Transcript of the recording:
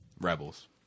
Rebels